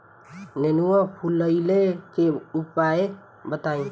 नेनुआ फुलईले के उपाय बताईं?